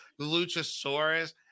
Luchasaurus